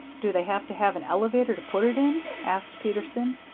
do they have to have an elevator to put it in? asked peterson.